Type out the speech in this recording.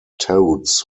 toads